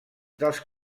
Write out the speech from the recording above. dels